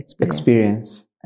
experience